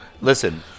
Listen